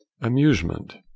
amusement